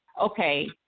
okay